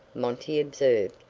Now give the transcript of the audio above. monty observed,